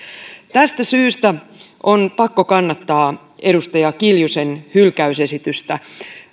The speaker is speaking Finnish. tästä syystä on pakko kannattaa edustaja kiljusen hylkäysesitystä